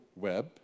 web